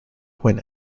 when